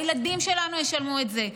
הילדים שלנו ישלמו את זה,